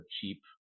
cheap